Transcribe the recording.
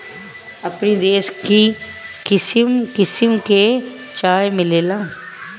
अपनी देश में किसिम किसिम के चाय मिलेला